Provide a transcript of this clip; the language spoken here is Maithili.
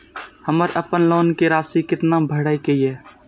हमर अपन लोन के राशि कितना भराई के ये?